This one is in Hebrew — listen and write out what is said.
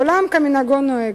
עולם כמנהגו נוהג.